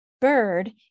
Bird